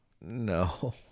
No